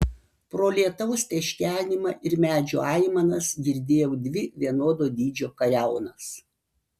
pro lietaus teškenimą ir medžių aimanas girdėjau dvi vienodo dydžio kariaunas